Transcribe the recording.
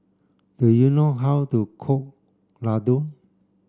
do you know how to cook Laddu